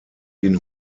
den